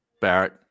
Barrett